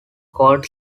called